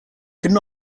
could